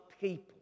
people